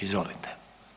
Izvolite.